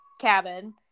cabin